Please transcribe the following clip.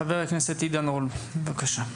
חבר הכנסת עידן רול, בבקשה.